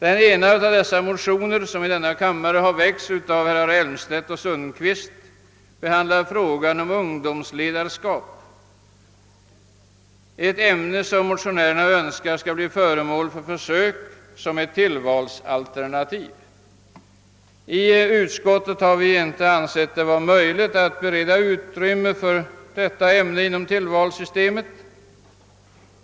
Ett motionspar — motionen har i denna kammare väckts av herrar Elmstedt och Sundkvist — behandlar ungdomsledarskap, ett ämne som motionärerna önskar skall bli föremål för försök som tillvalsalternativ. Vi har i utskottet inte ansett det möjligt att bereda utrymme för detta ämne inom tillvalssystemet.